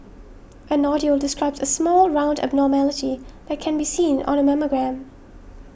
a nodule describes a small round abnormality that can be seen on a mammogram